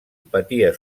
patia